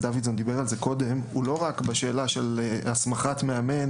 דוידסון דיבר על זה קודם הוא לא רק בשאלה של הסמכת מאמן,